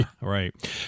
Right